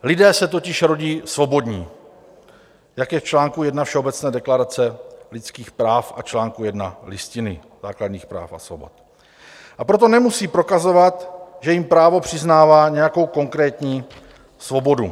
Lidé se totiž rodí svobodní, jak je v čl. 1 Všeobecné deklarace lidských práv a čl. 1 Listiny základních práv a svobod, a proto nemusí prokazovat, že jim právo přiznává nějakou konkrétní svobodu.